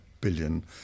billion